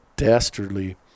dastardly